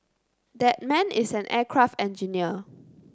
that man is an aircraft engineer